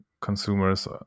consumers